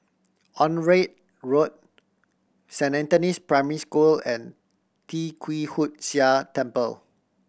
Onraet Road Saint Anthony's Primary School and Tee Kwee Hood Sia Temple